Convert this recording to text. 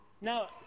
Now